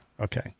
Okay